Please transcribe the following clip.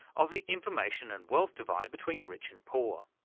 of the information and wealth divide between rich and poor.